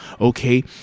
okay